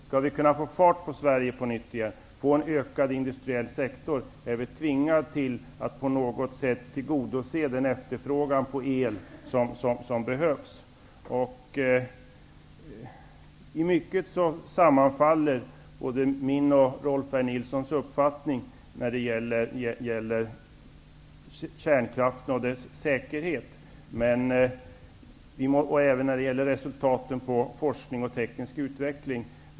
För att på nytt få fart på Sverige och för att få en utökning av den industriella sektorn är vi tvingade att på något sätt tillgodose den efterfrågan på el som finns. I mycket sammanfaller min och Rolf L Nilsons uppfattningar när det gäller kärnkraften och dess säkerhet, och det gäller även beträffande resultaten av forskning och teknisk utveckling.